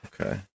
Okay